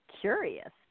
curious